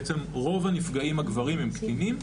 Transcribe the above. בעצם רוב הנפגעים הגברים הם קטינים.